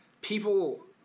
People